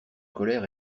colère